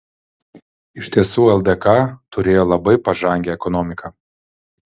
iš tiesų ldk turėjo labai pažangią ekonomiką